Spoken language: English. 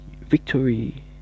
victory